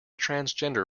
transgender